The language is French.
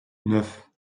neuf